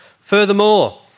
Furthermore